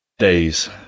days